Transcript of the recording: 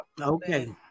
okay